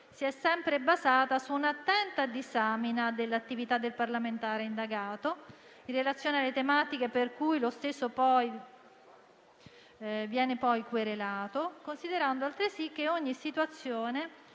si è sempre basata su un'attenta disamina dell'attività del parlamentare indagato, in relazione alle tematiche per cui lo stesso viene querelato, considerando altresì che ogni situazione